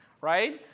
right